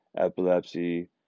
epilepsy